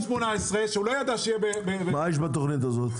מה יש בתוכנית הזאת?